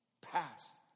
Past